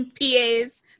PAs